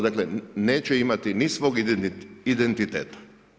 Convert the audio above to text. Dakle, neće imati ni svog identiteta.